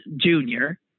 junior